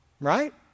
Right